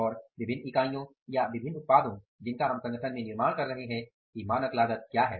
और विभिन्न इकाइयों या विभिन्न उत्पादों जिनका हम संगठन में निर्माण कर रहे है की मानक लागत क्या है